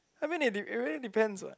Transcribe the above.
I mean it de~ it really depends what